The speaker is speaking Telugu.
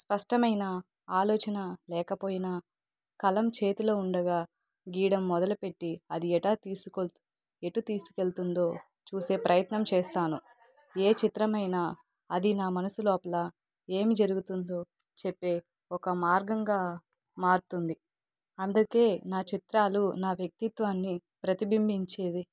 స్పష్టమైన ఆలోచన లేకపోయినా కలం చేతిలో ఉండగా గీయడం మొదలుపెట్టి అది ఎటా తీసుకల్ ఎటు తీసుకెళ్తుందో చూసే ప్రయత్నం చేస్తాను ఏ చిత్రమైనా అది నా మనసు లోపల ఏమి జరుగుతుందో చెప్పే ఒక మార్గంగా మారుతుంది అందుకే నా చిత్రాలు నా వ్యక్తిత్వాన్ని ప్రతిబింబించేది